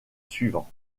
suivant